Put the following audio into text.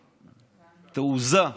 תעוזה,